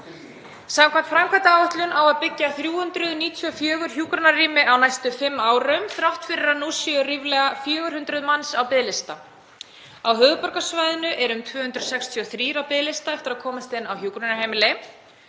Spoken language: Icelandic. Samkvæmt framkvæmdaáætlun á að byggja 394 hjúkrunarrými á næstu fimm árum þrátt fyrir að nú séu ríflega 400 manns á biðlista. Á höfuðborgarsvæðinu eru um 263 á biðlista eftir að komast inn á hjúkrunarheimili.